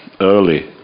early